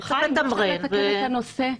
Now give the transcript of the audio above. חיים, לסכם לכם את הנושא.